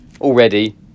already